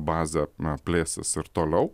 bazė na plėsis ir toliau